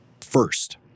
first